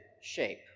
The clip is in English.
shape